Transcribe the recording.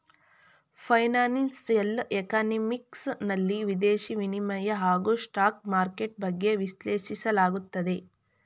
financial economics ನಲ್ಲಿ ವಿದೇಶಿ ವಿನಿಮಯ ಹಾಗೂ ಸ್ಟಾಕ್ ಮಾರ್ಕೆಟ್ ಬಗ್ಗೆ ವಿಶ್ಲೇಷಿಸಲಾಗುತ್ತದೆ